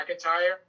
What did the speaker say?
McIntyre